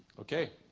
okay